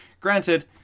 granted